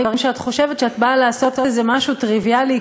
שאת חושבת שאת באה לעשות איזה משהו טריוויאלי,